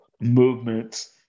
movements